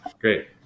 great